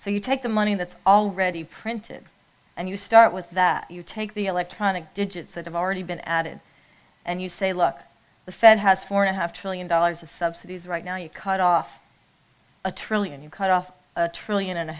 so you take the money that's already printed and you start with that you take the electronic digits that have already been added and you say look the fed has four and a half trillion dollars of subsidies right now you cut off a trillion you cut off a trillion and a